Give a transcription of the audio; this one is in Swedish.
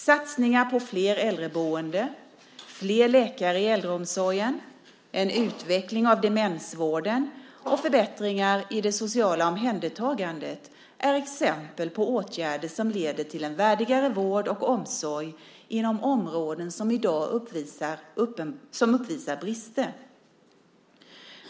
Satsningar på fler äldreboenden, fler läkare i äldreomsorgen, en utveckling av demensvården och förbättringar i det sociala omhändertagandet är exempel på åtgärder som leder till en värdigare vård och omsorg inom områden som i dag uppvisar brister.